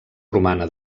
romana